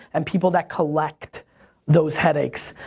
and people that collect those headaches.